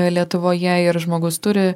lietuvoje ir žmogus turi